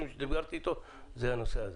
שדיברתי איתו עליהם זה הנושא הזה.